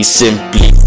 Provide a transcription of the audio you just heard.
simply